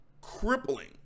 crippling